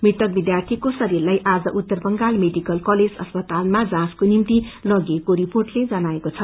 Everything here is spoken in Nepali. मृतक विष्यार्थीको शरीरलाई आज उत्तर बंगाल मेडिकल कलेज असपतालमा जाँचको निम्ति लगिएको रिर्पोटले जनाएको छ